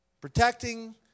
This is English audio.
protecting